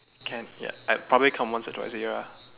can ya I'll probably come once or twice a year ah